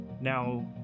now